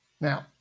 Now